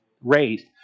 raised